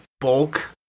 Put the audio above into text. bulk